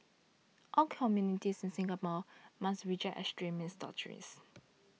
all communities in Singapore must reject extremist doctrines